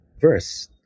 verse